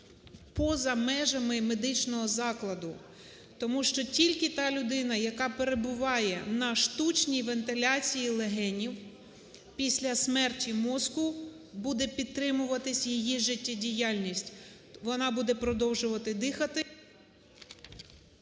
поза межами медичного закладу. Тому що тільки та людина, яка перебуває на штучній вентиляції легенів, після смерті мозку буде підтримуватись її життєдіяльність. Вона буде продовжувати дихати…